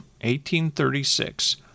1836